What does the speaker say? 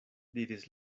diris